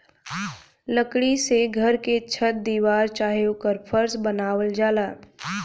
लकड़ी से घर के छत दीवार चाहे ओकर फर्स भी बनावल जाला